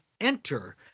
enter